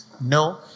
No